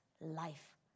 life